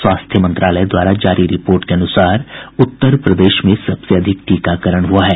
स्वास्थ्य मंत्रालय द्वारा जारी रिपोर्ट के अनुसार उत्तर प्रदेश में सबसे अधिक टीकाकरण हुआ है